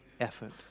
effort